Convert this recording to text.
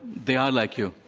they are like you.